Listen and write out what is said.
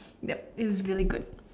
that feels really good